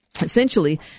essentially